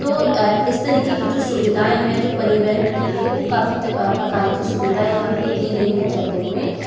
तो इस तरीके की जो सुविधाएँ हैं जो परिवहन के लिए वो काफ़ी ता प्रकार की सुविधाएँ यहाँ पर दी गयी हैं जयपुर में